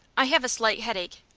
i have a slight headache.